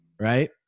Right